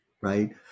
right